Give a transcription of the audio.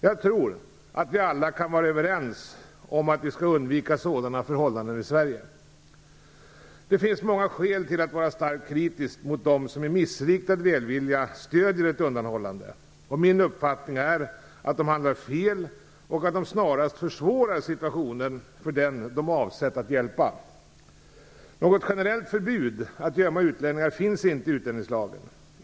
Jag tror att vi alla kan vara överens om att vi skall undvika sådana förhållanden i Sverige. Det finns många skäl att vara starkt kritisk mot dem som av missriktad välvilja stöder ett undanhållande. Min uppfattning är att de handlar fel och att de snarast försvårar situationen för den de avsett att hjälpa. Något generellt förbud att gömma utlänningar finns inte i utlänningslagen.